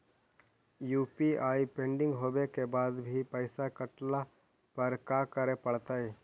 UPI pending होवे के बाद भी पैसा कटला पर का करे पड़तई?